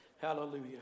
Hallelujah